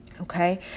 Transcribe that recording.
okay